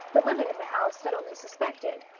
the women in the house had only suspected.